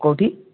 କେଉଁଠି